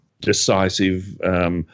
decisive –